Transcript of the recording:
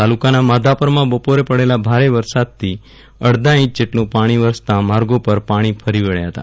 તાલુકાના માધાપરમાં બપોરે પડેલાં ભારે ઝાપટાં સાથે અડધા ઇંચ જેટલું પાણી વરસતાં માર્ગો પર પાણી વહી નીકળ્યાં હતા